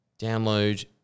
Download